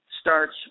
starts